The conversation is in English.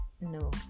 No